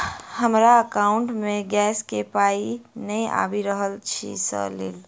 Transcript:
हमरा एकाउंट मे गैस केँ पाई नै आबि रहल छी सँ लेल?